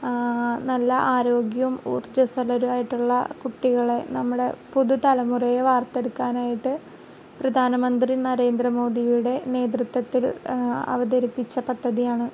നല്ല ആരോഗ്യവും ഉർജ്ജസ്വലരായിട്ടുള്ള കുട്ടികളെ നമ്മളെ പുതുതലമുറയെ വാർത്തെടുക്കാനായിട്ട് പ്രധാനമന്ത്രി നരേന്ദ്രമോദിയുടെ നേതൃത്തത്തിൽ അവതരിപ്പിച്ച പദ്ധതിയാണ്